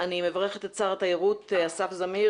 אני מברכת את שר התיירות אסף זמיר,